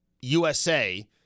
USA